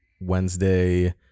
Wednesday